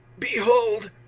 behold,